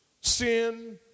Sin